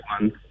one